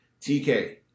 TK